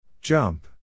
Jump